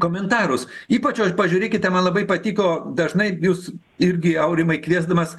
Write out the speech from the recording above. komentarus ypač pažiūrėkite man labai patiko dažnai jūs irgi aurimai kviesdamas